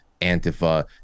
Antifa